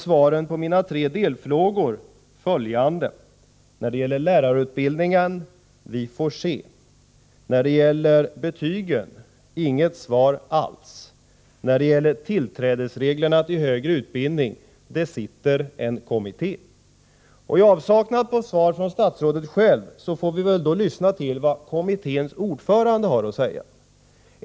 Svaren på mina tre delfrågor blev följande. När det gäller lärarutbildningen: Vi får se. När det gäller betygen: Inget svar alls. När det gäller reglerna för tillträde till högre utbildning: Det sitter en kommitté. I avsaknaden av svar från statsrådet självt får vi lyssna till vad kommitténs ordförande har att säga.